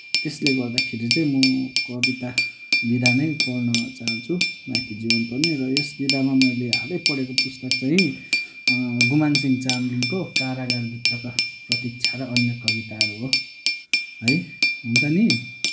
त्यसले गर्दाखेरि चाहिँ म कविता विधा नै पढ्न चाहन्छु बाँकी जुन पनि र यस विधामा मैले हालै पढेको पुस्तक चाहिँ गुमानसिंह चाम्लिङको कारागारभित्र र प्रतीक्षा र अनेक कविताहरू हो है हुन्छ नि